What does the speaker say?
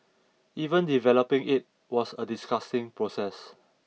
even developing it was a disgusting process